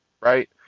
right